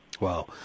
Wow